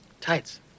tights